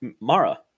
Mara